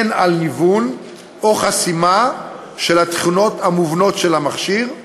הן "ניוון" או חסימה של התכונות המובנות של המכשיר,